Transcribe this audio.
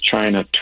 china